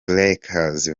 lakes